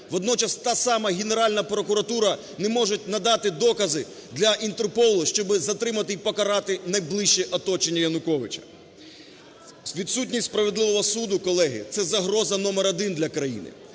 водночас та сама Генеральна прокуратура не можуть надати докази для Інтерполу, щоб затримати і покарати найближче оточення Януковича. Відсутність справедливого суду, колеги, це загроза номер 1 для країни.